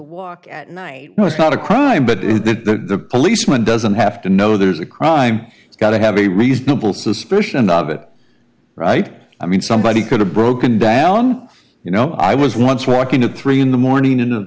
walk at night was not a crime but the policeman doesn't have to know there's a crime he's got to have a reasonable suspicion of it right i mean somebody could have broken down you know i was once walking at three in the morning in